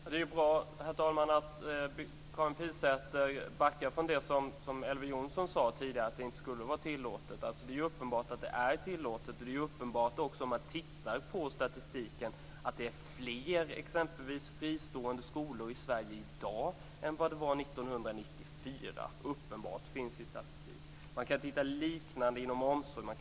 Herr talman! Det är bra att Karin Pilsäter backar från det som Elver Jonsson sade tidigare om att det inte skulle vara tillåtet. Det är uppenbart att det är tillåtet. Om man tittar på statistiken är det också uppenbart att det exempelvis finns fler fristående skolor i Sverige i dag än vad det var 1994. Det är uppenbart; det finns i statistiken. Man kan hitta liknande inom vård och omsorg.